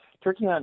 Turkey